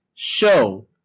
show